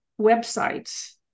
websites